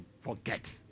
forget